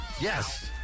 Yes